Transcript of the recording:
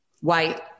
White